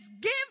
give